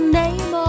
name